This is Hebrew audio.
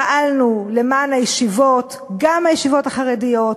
פעלנו למען הישיבות, גם הישיבות החרדיות,